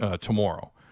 tomorrow